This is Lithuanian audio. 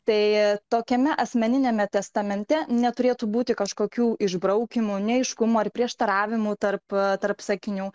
tai tokiame asmeniniame testamente neturėtų būti kažkokių išbraukymų neaiškumų ar prieštaravimų tarp tarp sakinių